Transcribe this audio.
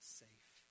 safe